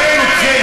אני שואל אתכם: